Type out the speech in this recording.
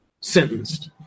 Sentenced